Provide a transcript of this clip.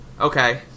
okay